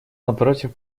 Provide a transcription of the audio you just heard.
напротив